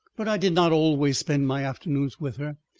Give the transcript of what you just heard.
but i did not always spend my afternoons with her.